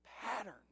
pattern